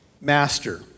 master